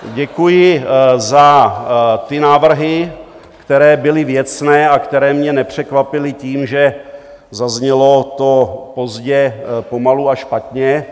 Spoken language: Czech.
Děkuji za ty návrhy, které byly věcné a které mě nepřekvapily tím, že zaznělo to pozdě, pomalu a špatně.